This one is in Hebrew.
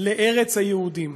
לארץ היהודים".